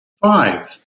five